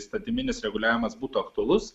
įstatyminis reguliavimas būtų aktualus